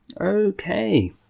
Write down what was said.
Okay